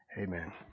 Amen